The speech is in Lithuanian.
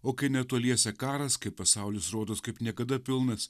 o kai netoliese karas kai pasaulis rodos kaip niekada pilnas